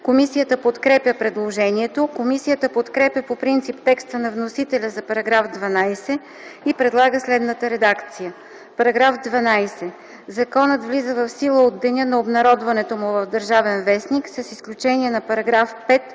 Комисията подкрепя предложението. Комисията подкрепя по принцип текста на вносителя за § 12 и предлага следната редакция: „§ 12. Законът влиза в сила от деня на обнародването му в „Държавен вестник” с изключение на § 5,